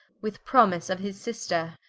with promise of his sister,